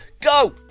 Go